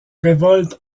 révolte